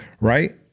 right